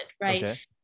right